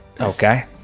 Okay